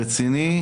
רציני,